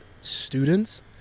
students